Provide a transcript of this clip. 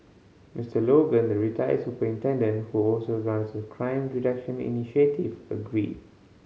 Mister Logan the retired superintendent who also runs a crime reduction initiative agreed